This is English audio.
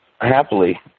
happily